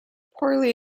poorly